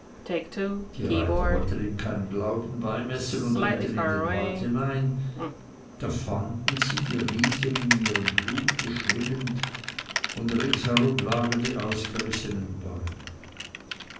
die reiter wollten ihm keinen glauben beimessen und ritten in den wald hinein da fanden sie die riesen in ihrem blute schwimmend und ringsherum lagen die ausgerissenen bäume